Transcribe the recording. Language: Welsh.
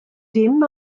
dim